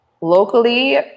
locally